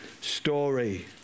story